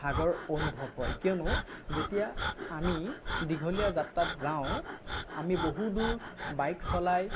ভাগৰ অনুভৱ হয় কিয়নো যেতিয়া আমি দীঘলীয়া যাত্ৰাত যাওঁ আমি বহুদূৰ বাইক চলাই